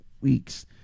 weeks